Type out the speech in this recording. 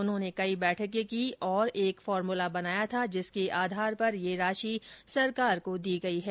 उन्होंने कई बैठकें की और एक फॉर्मूला बनाया था जिसके आधार पर यह राशि सरकार को दी गई है